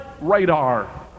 radar